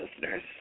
listeners